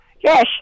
Yes